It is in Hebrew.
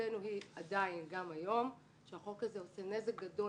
עמדתנו היא עדיין גם היום שהחוק הזה נזק גדול,